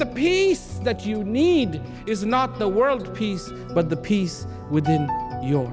the peace that you need is not the world peace but the peace with your